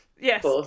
Yes